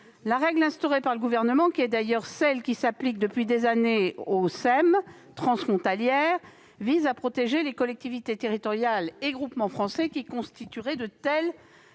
La règle instaurée par le Gouvernement, qui est d'ailleurs celle qui s'applique depuis des années aux SEML transfrontalières, vise à protéger les collectivités territoriales et groupements français qui constitueraient de telles